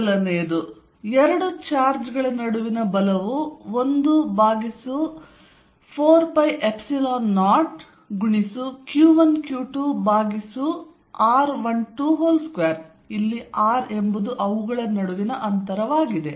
ಮೊದಲನೆಯದು ಎರಡು ಚಾರ್ಜ್ಗಳ ನಡುವಿನ ಬಲವು 14π0q1q2r122 ಇಲ್ಲಿ r ಎಂಬುದು ಅವುಗಳ ನಡುವಿನ ಅಂತರವಾಗಿದೆ